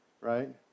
right